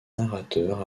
narrateur